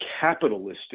capitalistic